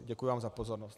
Děkuji vám za pozornost.